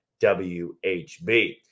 WHB